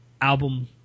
album